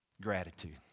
Gratitude